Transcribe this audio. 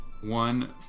one